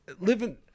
Living